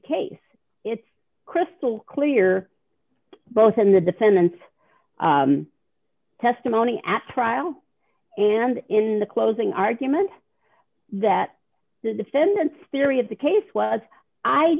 case it's crystal clear both in the defendant's testimony at trial and in the closing argument that the defendant theory of the case was i